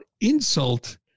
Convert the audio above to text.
insult